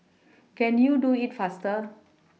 can you do it faster